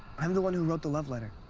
i'm the one who wrote the love letter.